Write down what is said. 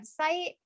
website